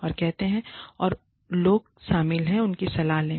और कहते हैं और जो लोग शामिल हैं उनकी सलाह लें